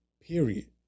period